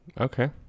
okay